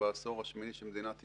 שבעשור השמיני של מדינת ישראל,